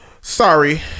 sorry